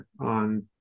on